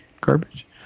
Garbage